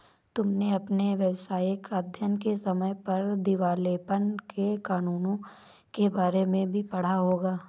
तुमने अपने व्यावसायिक अध्ययन के समय पर दिवालेपन के कानूनों के बारे में भी पढ़ा होगा